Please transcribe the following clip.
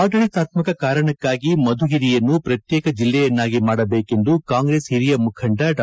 ಆದಳಿತಾತ್ಮಕ ಕಾರಣಕ್ಕಾಗಿ ಮಧುಗಿರಿಯನ್ನು ಪ್ರತ್ಯೇಕ ಜಿಲ್ಲೆಯನ್ನಾಗಿ ಮಾಡಬೇಕೆಂದು ಕಾಂಗ್ರೆಸ್ ಹಿರಿಯ ಮುಖಂಡ ಡಾ